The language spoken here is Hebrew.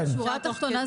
בשורה התחתונה,